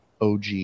OG